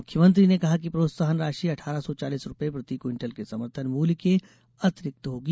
मुख्यमंत्री ने कहा कि प्रोत्साहन राशि अठारह सौ चालीस रुपये प्रति क्विंटल के समर्थन मूल्य के अतिरिक्त होगी